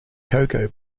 cocoa